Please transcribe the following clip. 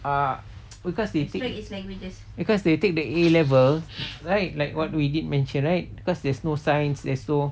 ah because they think because they take the A level right like what we did mention right cause there's no science there's no